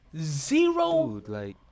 Zero